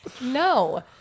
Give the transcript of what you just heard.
No